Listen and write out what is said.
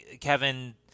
Kevin